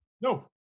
No